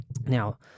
Now